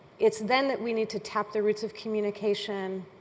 it's then that we need to tap the roots of communication,